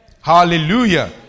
Hallelujah